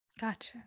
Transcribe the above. Gotcha